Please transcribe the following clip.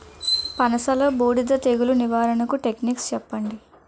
పనస లో బూడిద తెగులు నివారణకు టెక్నిక్స్ చెప్పండి?